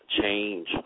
change